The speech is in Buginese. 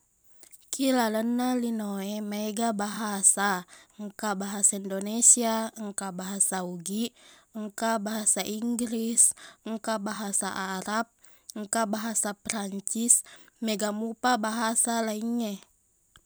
Ki lalenna lino e mega bahasa engka bahasa indonesia engka bahasa ugiq engka bahasa inggris engka bahasa arab engka bahasa prancis mega mopa bahasa laingnge